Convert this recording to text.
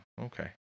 Okay